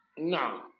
No